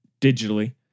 digitally